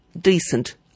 decent